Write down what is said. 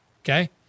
Okay